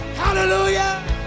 hallelujah